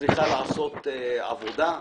צריכה לעשות עבודה.